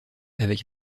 avec